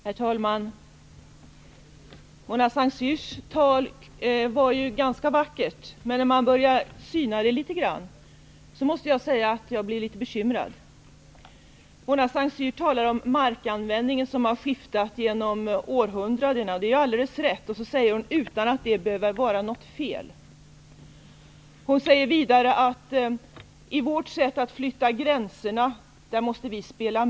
Herr talman! Mona Saint Cyrs tal var ganska vackert, men när jag börjar syna det måste jag säga att jag blir litet bekymrad. Mona Saint Cyr talar om markanvändningen, som har skiftat genom århundradena. Det är alldeles riktigt. Sedan säger hon: ''-- utan att det kan påstås vara något fel med detta''. Hon säger vidare att vi måste spela med i sättet att flytta gränserna.